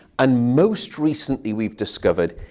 and most recently, we've discovered,